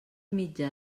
mitjà